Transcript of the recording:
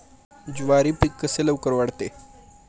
ज्वारी पीक कसे लवकर वाढते?